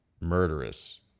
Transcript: murderous